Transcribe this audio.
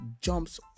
jumps